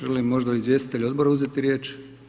Žele li možda izvjestitelji odbora uzeti riječ?